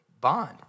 bond